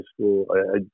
school